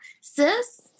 sis